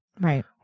Right